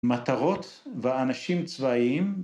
מטרות ואנשים צבאיים